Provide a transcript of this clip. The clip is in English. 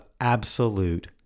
absolute